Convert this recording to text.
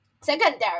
secondary